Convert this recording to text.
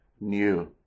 new